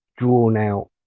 drawn-out